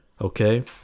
okay